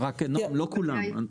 לא כולם.